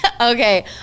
Okay